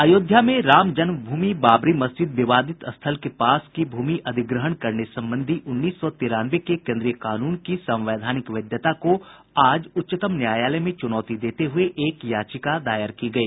अयोध्या में राम जन्मभूमि बाबरी मस्जिद विवादित स्थल के पास की भूमि अधिग्रहण करने संबंधी उन्नीस सौ तिरानवे के केन्द्रीय कानून की संवैधानिक वैधता को आज उच्चतम न्यायालय में चुनौती देते हुए एक याचिका दायर की गई